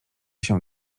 się